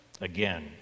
again